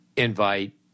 invite